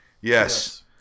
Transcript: Yes